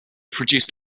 produced